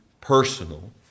personal